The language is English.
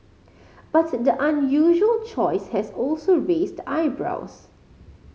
but the unusual choice has also raised eyebrows